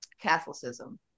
Catholicism